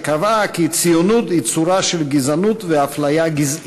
שקבעה כי ציונות היא צורה של גזענות ואפליה גזעית.